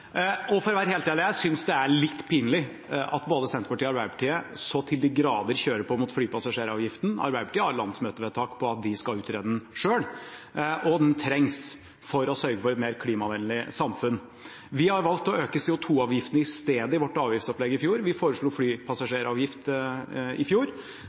Og for å være helt ærlig, jeg synes det er litt pinlig at både Senterpartiet og Arbeiderpartiet så til de grader kjører på mot flypassasjeravgiften. Arbeiderpartiet har et landsmøtevedtak på at de skal utrede den selv, og den trengs for å sørge for et mer klimavennlig samfunn. Vi valgte å øke CO2-avgiften i stedet i vårt avgiftsopplegg i fjor, vi foreslo flypassasjeravgift i fjor,